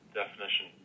definition